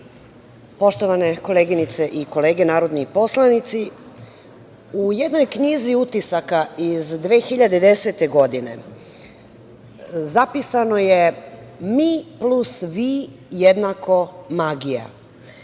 poštovane koleginice i kolege narodni poslanici, u jednoj knjizi utisaka iz 2010. godine zapisano je – mi plus vi jednako je magija.